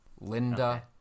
Linda